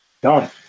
Done